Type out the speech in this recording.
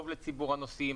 טוב לציבור הנוסעים,